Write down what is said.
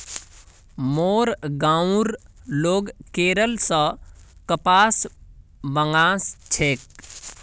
मोर गांउर लोग केरल स कपास मंगा छेक